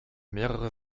mehrere